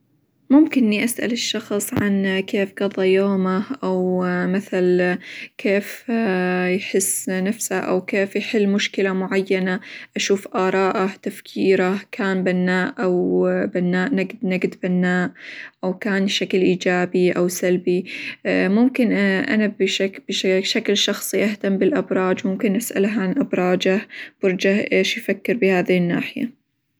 ممكن إني اسأل الشخص عن كيف قظى يومه، أو مثل كيف يحس نفسه، أو كيف يحل مشكلة معينة، أشوف آراءه، تفكيره كان بناء، أو بناء -نقد- نقد بناء، أو كان شكل إيجابي، أو سلبي، ممكن أنا -بش- -بشك- بشكل شخصي أهتم بالأبراج، ممكن أسأله عن أبراجه، برجه إيش يفكر بهذه الناحية.